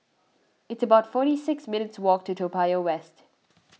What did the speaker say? It's about forty six minutes' walk to Toa Payoh West